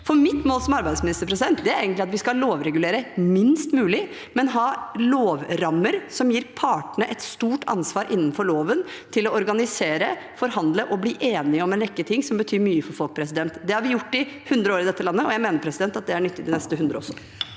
Mitt mål som arbeidsminister er egentlig at vi skal lovregulere minst mulig, men ha lovrammer som gir partene et stort ansvar innenfor loven til å organisere, forhandle og bli enige om en rekke ting som betyr mye for folk. Det har vi gjort i hundre år i dette landet, og jeg mener at det er nyttig de neste hundre også.